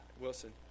Wilson